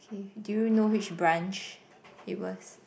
K do you know which branch it was